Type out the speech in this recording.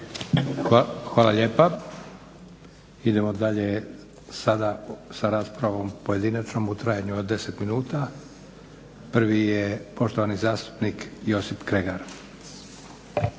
Hvala lijepa. Idemo dalje sada sa raspravom pojedinačnom u trajanju od 10 minuta. Prvi je poštovani zastupnik Josip Kregar.